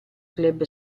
club